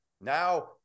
Now